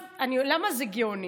למה זה גאוני?